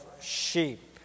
sheep